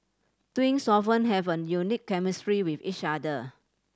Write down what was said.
twins often have a unique chemistry with each other